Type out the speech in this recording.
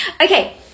Okay